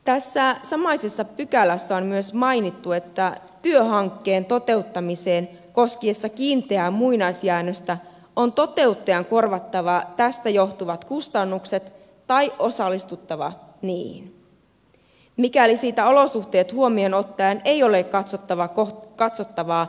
tässä samaisessa pykälässä on myös mainittu että työhankkeen toteuttamisen koskiessa kiinteää muinaisjäännöstä on toteuttajan korvattava tästä johtuvat kustannukset tai osallistuttava niihin mikäli sitä olosuhteet huomioon ottaen ei ole katsottava kohtuuttomaksi